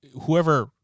Whoever